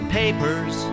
papers